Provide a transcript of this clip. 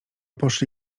poszli